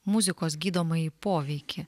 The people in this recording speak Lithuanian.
muzikos gydomąjį poveikį